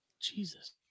Jesus